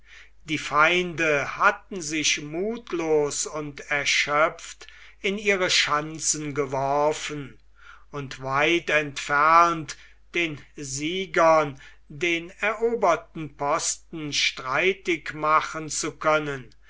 die feinde hatten sich muthlos und erschöpft in ihre schanzen geworfen und weit entfernt den siegern den eroberten posten streitig machen zu können